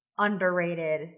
underrated